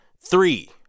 Three